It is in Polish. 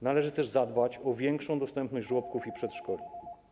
Należy też zadbać o większą dostępność żłobków i przedszkoli.